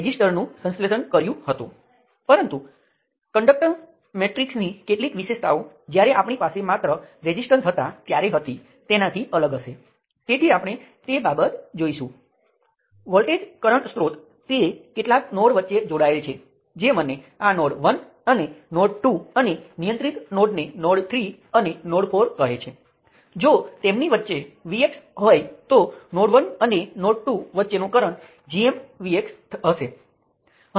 હવે નોડથી અલગ લૂપ્સ વિસંગત છે એટલે કે તમે સમાન સર્કિટ લઈ શકો અને લૂપ્સના બે અલગ અલગ સેટ અથવા લૂપ્સના ઘણાં બધાં સેટ પર આવી શકો છો જે બધા સ્વતંત્ર છે પરંતુ એક બીજાથી અલગ છે